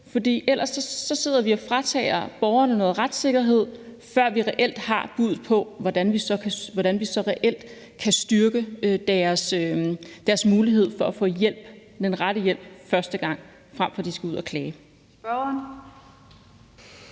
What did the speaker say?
For ellers sidder vi og fratager borgerne noget retssikkerhed, før vi reelt har et bud på, hvordan vi så kan styrke deres mulighed for at få den rette hjælp første gang frem for at skulle ud at klage.